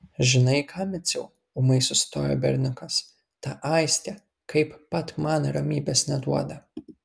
žinai ką miciau ūmai sustojo berniukas ta aistė kaip pat man ramybės neduoda